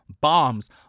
bombs